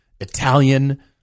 Italian